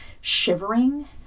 shivering